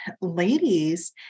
ladies